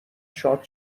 شاد